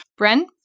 Bren